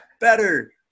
better